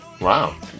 Wow